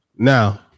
Now